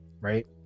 right